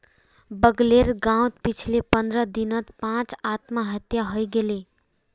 बगलेर गांउत पिछले पंद्रह दिनत पांच आत्महत्या हइ गेले